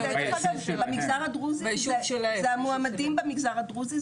במגזר הדרוזי זה המועמדים במגזר הדרוזי,